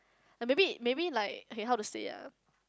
ya maybe maybe like okay how to say ah